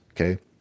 okay